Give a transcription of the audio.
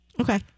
okay